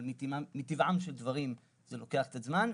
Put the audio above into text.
אבל מטבעם של דברים זה לוקח קצת זמן,